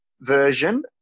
version